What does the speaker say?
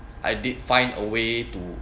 I did find a way to